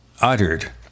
uttered